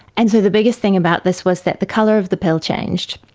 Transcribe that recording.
and so the biggest thing about this was that the colour of the pill changed,